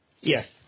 Yes